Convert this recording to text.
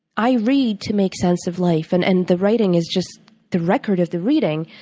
i read to make sense of life and and the writing is just the record of the reading.